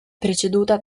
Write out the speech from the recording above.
preceduta